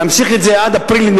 להמשיך את זה עד אפריל,